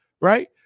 right